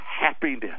happiness